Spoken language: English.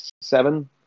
seven